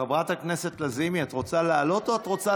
חברת הכנסת לזימי, את רוצה לעלות או שאת רוצה